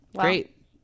great